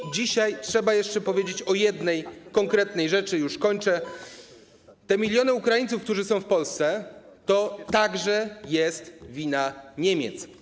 I dzisiaj trzeba jeszcze powiedzieć o jednej konkretnej rzeczy: te miliony Ukraińców, którzy są w Polsce, to także jest wina Niemiec.